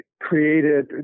created